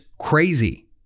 crazy